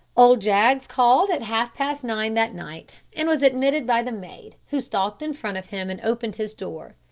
old jaggs called at half-past nine that night, and was admitted by the maid, who stalked in front of him and opened his door.